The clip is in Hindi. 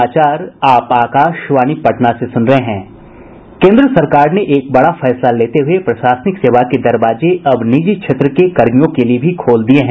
केन्द्र सरकार ने एक बड़ा फैसला लेते हुए प्रशासनिक सेवा के दरवाजे अब निजी क्षेत्र के कर्मियों के लिए भी खोल दिये हैं